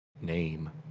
name